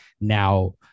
now